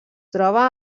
troba